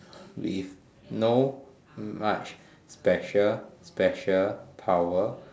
with no much special special power